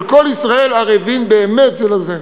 של כל ישראל ערבים באמת זה לזה.